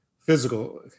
physical